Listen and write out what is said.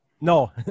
No